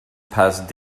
past